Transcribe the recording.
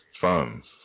funds